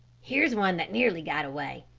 here's one that nearly got away,